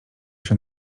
się